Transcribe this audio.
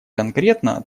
конкретно